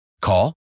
Call